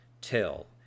till